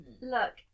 look